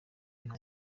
nta